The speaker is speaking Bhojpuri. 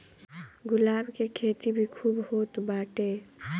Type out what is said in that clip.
गुलाब के खेती भी खूब होत बाटे